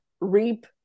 reap